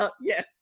Yes